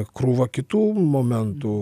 krūva kitų momentų